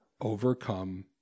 overcome